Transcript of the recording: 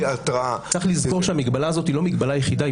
צריך לזכור שהמגבלה הזאת היא לא מגבלה יחידה.